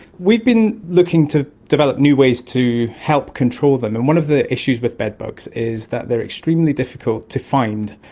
we've been looking to develop new ways to help control them, and one of the issues with bedbugs is that they are extremely difficult to find.